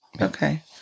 Okay